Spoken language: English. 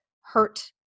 hurt